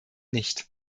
nicht